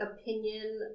opinion